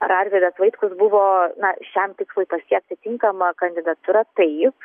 arvydas vaitkus buvo na šiam tikslui pasiekti tinkama kandidatūra taip